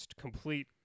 complete